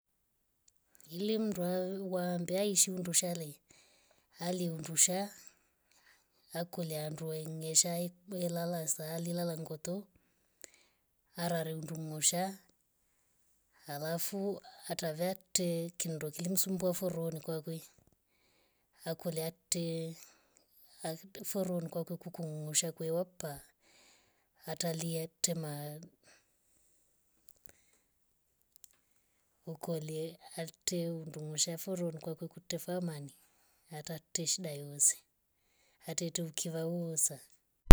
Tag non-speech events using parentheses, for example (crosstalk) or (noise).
Ili mnduwa waambiayi shiu ndushale aliundusha akolianduai ngeshai gole lala saali lala ngoto arari ndungusha alafu atavakte kindo kiimsumbua foro ni kwakwe akualiakte foro nkwakwe kukunguusha kwiyokoa. atalia tema mhh (hesitation) ukolie akte ndungusha foro nkwakwakute famani ataktesh shida iyose atete ukivawoosa.